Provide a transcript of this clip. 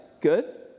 good